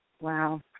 Wow